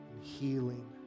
healing